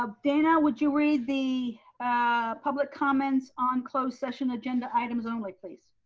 ah dana, would you read the public comments on closed session agenda items only please.